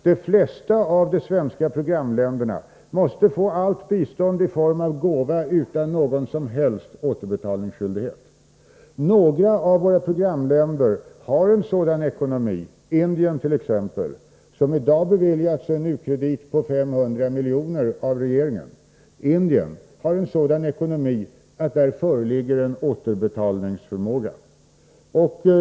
De flesta av de svenska programländerna måste få allt bistånd i form av gåvor utan någon som helst återbetalningsskyldighet. Några av våra programländer, t.ex. Indien som i dag av regeringen har beviljats en u-landskredit på 500 milj.kr., har en sådan ekonomi att återbetalningsförmåga föreligger.